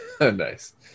Nice